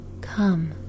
come